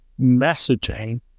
messaging